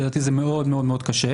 שלדעתי זה מאוד מאוד קשה,